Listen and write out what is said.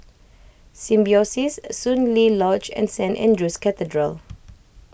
Symbiosis Soon Lee Lodge and Saint andrew's Cathedral